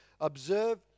Observe